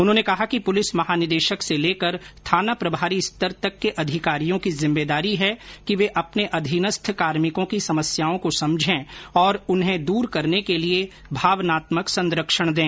उन्होंने कहा कि पुलिस महानिदेशक से लेकर थाना प्रभारी स्तर तक के अधिकारियों की जिम्मेदारी है कि वे अपने अधीनस्थ कार्मिकों की समस्याओं को समझें और उन्हें दूर करने के लिए भावनात्मक संरक्षण दें